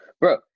bro